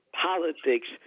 politics